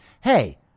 hey